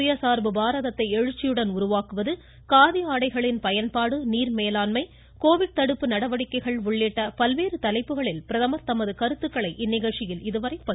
சுயசார்பு பாரதத்தை எழுச்சியுடன் உருவாக்குவது காதி ஆடைகளின் பயன்பாடு நா மேலாண்மை கோவிட் தடுப்பு நடவடிக்கைகள் உள்ளிட்ட பல்வேறு தலைப்புகளில் பிரதமர் தமது கருத்துக்களை இந்நிகழ்ச்சியில் இதுவரை பகிர்ந்துள்ளார்